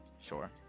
Sure